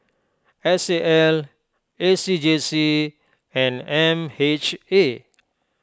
S A L A C J C and M H A